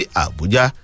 abuja